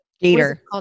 gator